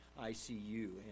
ICU